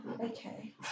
okay